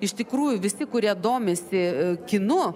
iš tikrųjų visi kurie domisi kinu